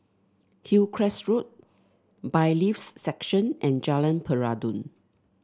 Hillcrest Road Bailiffs' Section and Jalan Peradun